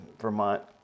Vermont